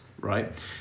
right